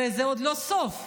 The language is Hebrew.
וזה עוד לא הסוף.